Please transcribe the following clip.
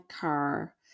car